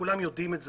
כולם יודעים את זה,